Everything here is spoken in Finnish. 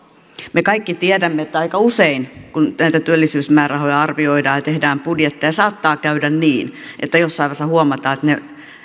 me kaikki tiedämme että aika usein kun näitä työllisyysmäärärahoja arvioidaan ja tehdään budjetteja saattaa käydä niin että jossain vaiheessa huomataan että ne